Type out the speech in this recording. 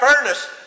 furnace